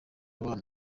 abana